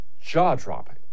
jaw-dropping